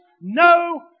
no